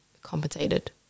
Compensated